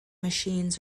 machines